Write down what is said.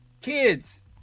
kids